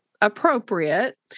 appropriate